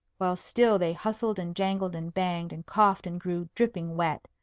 while still they hustled and jangled and banged and coughed and grew dripping wet,